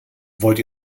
wollt